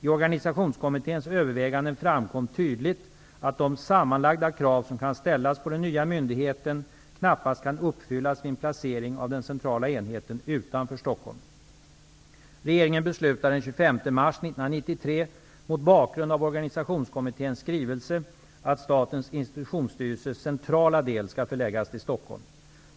I Organisationskommitténs överväganden framkom tydligt att de sammanlagda krav som kan ställas på den nya myndigheten knappast kan uppfyllas vid en placering av den centrala enheten utanför Regeringen beslutade den 25 mars 1993, mot bakgrund av Organisationskommitténs skrivelse, att Statens institutionsstyrelses centrala del skall förläggas till Stockholm.